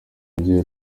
umubyeyi